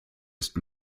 ist